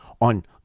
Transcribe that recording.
on